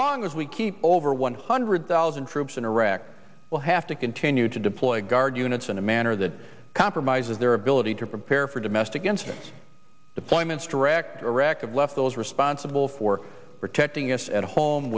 long as we keep over one hundred thousand troops in iraq will have to continue to deploy guard units in a manner that compromises their ability to prepare for domestic incidents deployments direct iraq and left those responsible for protecting us at home